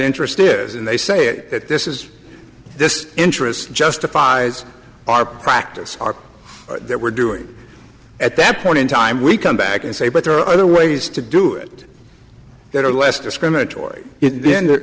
interest is and they say that this is this interest justifies our practice are there we're doing at that point in time we come back and say but there are other ways to do it that are less discriminatory then th